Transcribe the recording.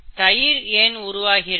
தயிர் ஏன் உருவாகிறது